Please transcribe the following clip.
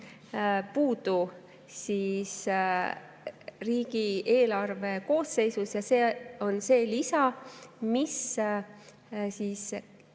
puudu riigieelarve koosseisus. See on see lisa, mis